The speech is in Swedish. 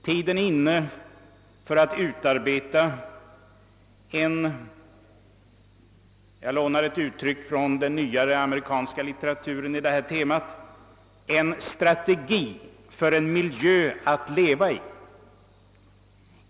Tiden är också inne för att utarbeta — jag lånar här ett uttryck från den nyare amerikanska litteraturen i detta ämne — »en strategi för en miljö att leva i».